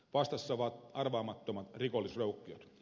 vastassa ovat arvaamattomat rikollisjoukkiot